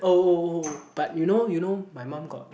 oh oh oh but you know you know my mum got